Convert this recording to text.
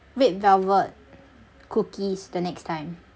red velvet cookies the next time